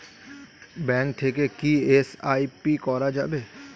Bank থেকে কী SIP করা যাবে?